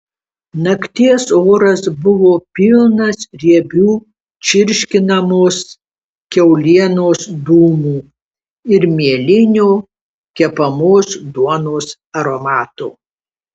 nakties oras buvo pilnas riebių čirškinamos kiaulienos dūmų ir mielinio kepamos duonos aromato